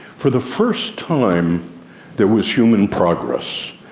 for the first time there was human progress.